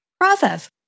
process